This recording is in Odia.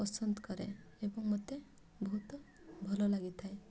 ପସନ୍ଦ କରେ ଏବଂ ମୋତେ ବହୁତ ଭଲ ଲାଗିଥାଏ